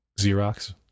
Xerox